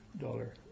dollar